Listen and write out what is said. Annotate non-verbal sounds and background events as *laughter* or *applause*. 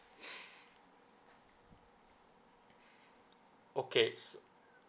*breath* okay